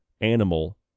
animal